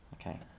Okay